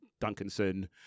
Duncanson